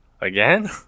again